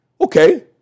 okay